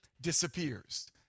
disappears